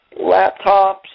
laptops